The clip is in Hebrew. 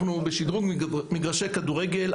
אנחנו בשדרוג מגרשי כדורגל,